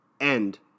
end